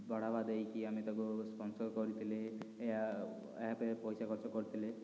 ବଢ଼ାବା ଦେଇକି ଆମେ ତାକୁ ସ୍ପନ୍ସର୍ କରିଥିଲେ ଏହା ଫେରେ ପଇସା ଖର୍ଚ୍ଚ କରିଥିଲେ